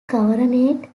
governorate